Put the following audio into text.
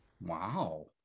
Wow